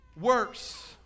worse